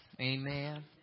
Amen